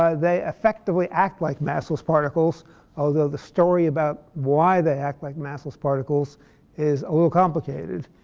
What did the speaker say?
ah they effectively act like massless particles although the story about why they act like massless particles is a little complicated.